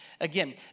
again